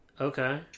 Okay